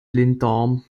blinddarm